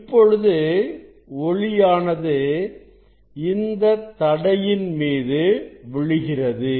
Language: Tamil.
இப்பொழுது ஒளியானது இந்த தடையின் மீது விழுகிறது